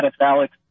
Alex